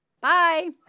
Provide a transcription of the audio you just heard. Bye